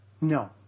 No